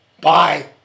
Bye